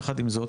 יחד עם זאת,